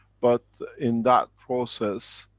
but in that process,